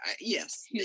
yes